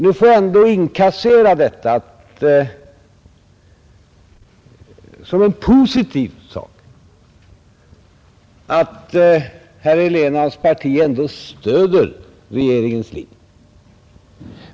Nu får jag ändå inkassera det som en positiv sak att herr Helén och hans parti ändå stöder regeringens linje.